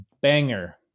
banger